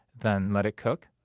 then let it cook.